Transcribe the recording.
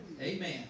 Amen